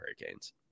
Hurricanes